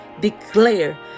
Declare